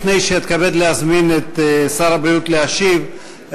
לפני שאתכבד להזמין את שר הבריאות להשיב,